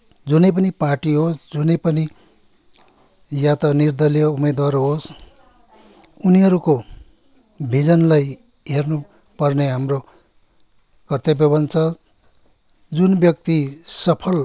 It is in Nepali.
जुनै पनि पार्टी होस् जुनै पनि या त निर्दलीय उम्मेद्वार होस् उनीहरूको भिजनलाई हेर्नुपर्ने हाम्रो कर्तव्य बन्छ जुन व्यक्ति सफल